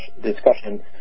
discussion